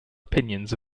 opinions